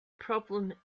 problem